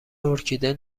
ارکیده